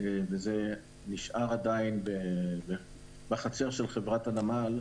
זה נשאר בידיים של חברת הנמל,